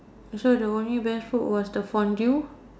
so the only best food was the fondue